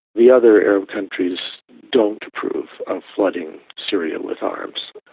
the other arab countries don't approve of flooding syria with arms.